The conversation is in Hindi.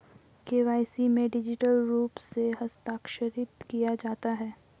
के.वाई.सी में डिजिटल रूप से हस्ताक्षरित किया जाता है